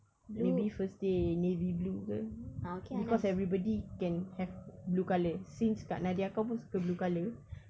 maybe first day navy blue ke because everybody can have blue colour since kak nadiah kau pun suka blue colour